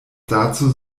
dazu